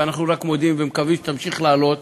ואנחנו רק מודים ומקווים שהיא תמשיך לעלות,